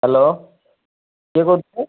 hello କିଏ କହୁଥିଲେ